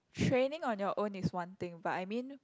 training on your own is one thing but I mean